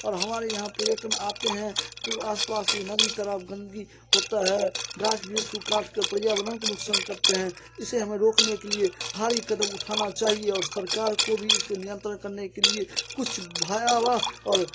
और हमारे यहाँ पर्यटन आते हैं तो आस पास की नदी के तरफ़ गन्दगी होती है गाछ वृक्ष को काट कर पर्यावरण को नुक़सान करते हैं इसे हमें रोकने के लिए भारी क़दम उठाना चाहिए और सरकार को भी इसे नियत्रण करने के लिए कुछ भयावा और